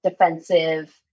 defensive